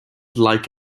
like